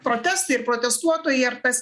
protestai ir protestuotojai ar tas